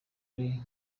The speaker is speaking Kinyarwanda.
ari